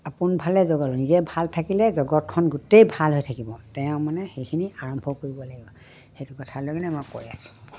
আপোন ভালেই জগত ভাল হ'ব নিজে ভাল থাকিলে জগতখন গোটেই ভাল হৈ থাকিব তেওঁ মানে সেইখিনি আৰম্ভ কৰিব লাগিব সেইটো কথা লৈ কিনে মই কৈ আছো